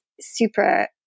super